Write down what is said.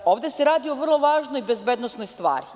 Ovde se radi o vrlo važnoj bezbednosnoj stvari.